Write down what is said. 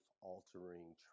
altering